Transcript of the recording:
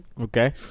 okay